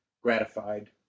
gratified